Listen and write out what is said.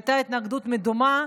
הייתה התנגדות מדומה.